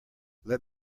let